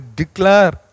declare